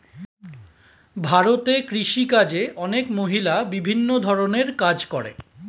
ভারতে কৃষিকাজে অনেক মহিলা বিভিন্ন ধরণের কাজ করে